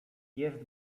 jest